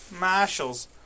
Marshalls